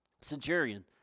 centurion